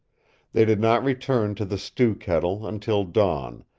they did not return to the stew-kettle until dawn,